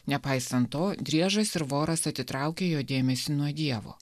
nepaisant to driežas ir voras atitraukė jo dėmesį nuo dievo